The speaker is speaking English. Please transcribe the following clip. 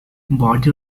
body